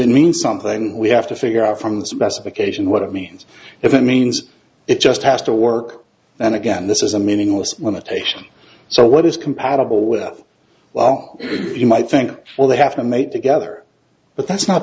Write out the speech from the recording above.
it means something we have to figure out from the specification what it means if it means it just has to work then again this is a meaningless limitation so what is compatible with well you might think well they have to make together but that's not